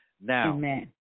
Now